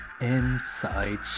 Inside